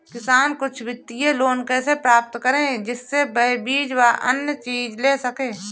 किसान कुछ वित्तीय लोन कैसे प्राप्त करें जिससे वह बीज व अन्य चीज ले सके?